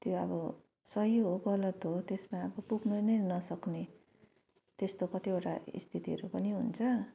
त्यो अब सही हो गलत हो त्यसमा अब पुग्नु नै नसक्ने त्यस्तो कतिवटा स्थितिहरू पनि हुन्छ